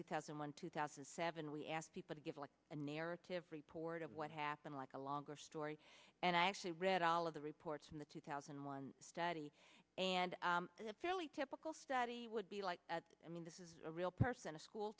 two thousand and one two thousand and seven we asked people to give like a narrative report of what happened like a longer story and i actually read all of the reports in the two thousand and one study and a fairly typical study would be like i mean this is a real person a school